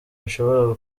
bishobora